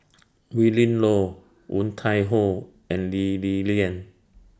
Willin Low Woon Tai Ho and Lee Li Lian